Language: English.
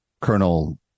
Colonel